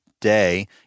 day